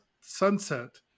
Sunset